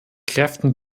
kräften